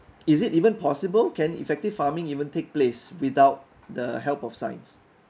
is it even possible can effective farming even take place without the help of science